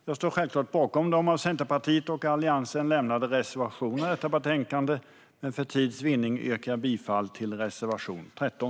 Jag står självklart bakom de av Centerpartiet och Alliansen lämnade reservationerna i betänkandet, men för tids vinnande yrkar jag bifall bara till reservation 13.